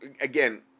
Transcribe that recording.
Again